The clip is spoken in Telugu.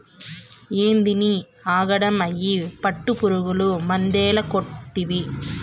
ఏందినీ ఆగడం, అయ్యి పట్టుపురుగులు మందేల కొడ్తివి